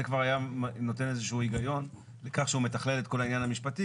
זה כבר היה נותן איזה שהוא היגיון לכך שהוא מתכלל את כל העניין המשפטי.